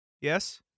Yes